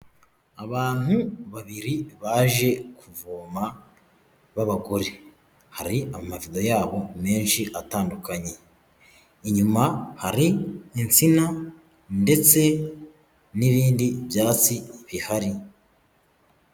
Abantu babiri baje kuvoma b'abagore, hari amavido y'abo menshi atandukanye, inyuma hari insina ndetse n'ibindi byatsi bihari.